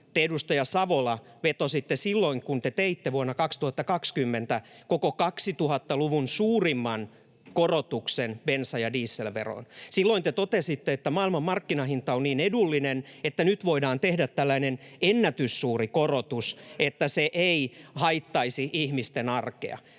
te, edustaja Savola, vetositte silloin, kun te teitte vuonna 2020 koko 2000-luvun suurimman korotuksen bensa- ja dieselveroon. Silloin te totesitte, että maailmanmarkkinahinta on niin edullinen, että nyt voidaan tehdä tällainen ennätyssuuri korotus, että se ei haittaisi ihmisten arkea.